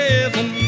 Heaven